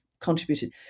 contributed